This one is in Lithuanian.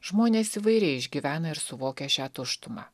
žmonės įvairiai išgyvena ir suvokia šią tuštumą